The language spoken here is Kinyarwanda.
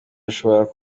yashoboraga